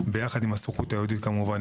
עם הסוכנות היהודית, כמובן.